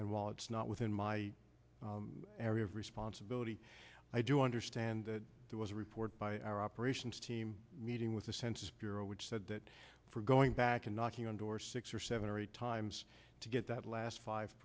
and while it's not within my area of responsibility i do understand that there was a report by our operations team meeting with the census bureau which said that for going back and knocking on door six or seven or eight times to get that last five